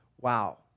wow